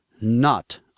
Not